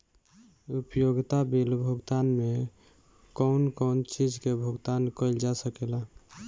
उपयोगिता बिल भुगतान में कौन कौन चीज के भुगतान कइल जा सके ला?